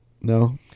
No